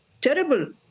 terrible